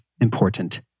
important